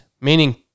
meaning